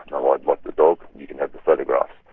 no, i'd like the dog, you can have the photographs.